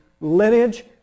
lineage